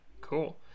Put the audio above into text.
Cool